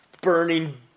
burning